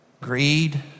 Greed